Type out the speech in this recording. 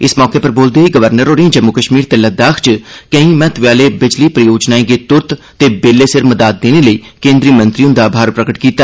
इस मौके पर बोलदे होई गवर्नर होरें जम्मू कश्मीर ते लद्दाख च केईं महत्वै आहली बिजली परियोजनाएं गी तुरत ते बेल्ले सिर मदाद देने लेई केन्द्री मंत्री हंदा आभार प्रगट कीता